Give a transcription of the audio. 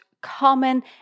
common